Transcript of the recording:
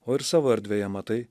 o ir savo erdvėje matai